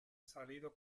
salido